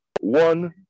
one